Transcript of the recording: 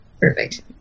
perfect